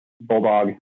bulldog